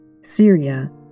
Syria